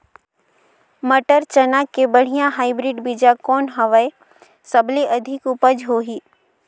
मटर, चना के बढ़िया हाईब्रिड बीजा कौन हवय? सबले अधिक उपज होही?